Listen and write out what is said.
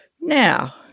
Now